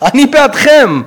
אני בעדכם,